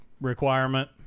requirement